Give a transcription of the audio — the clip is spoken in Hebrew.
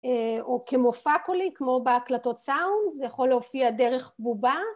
או כמו מופע קולי, כמו בהקלטות סאונד, זה יכול להופיע דרך בובה.